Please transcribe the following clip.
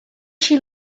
she